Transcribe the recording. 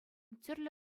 тӗрлӗ